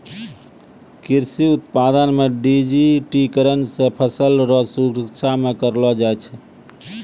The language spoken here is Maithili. कृषि उत्पादन मे डिजिटिकरण से फसल रो सुरक्षा भी करलो जाय छै